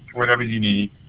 whatever you need.